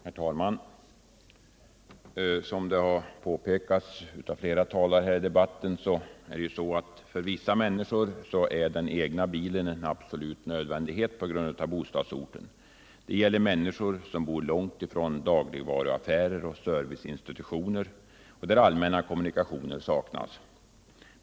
Herr talman! Som det har påpekats av flera talare här i debatten är för vissa människor den egna bilen en absolut nödvändighet på grund av bostadsorten. Det gäller människor som bor långt ifrån dagligvaruaffärer och serviceinstitutioner och där allmänna kommunikationer saknas.